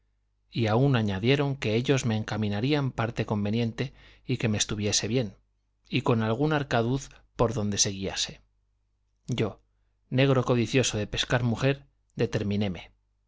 y aún añadieron que ellos me encaminarían parte conveniente y que me estuviese bien y con algún arcaduz por donde se guiase yo negro codicioso de pescar mujer determinéme